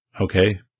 okay